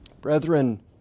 Brethren